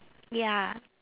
ya